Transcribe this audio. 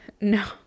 No